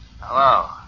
Hello